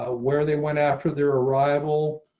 ah where they went after their arrival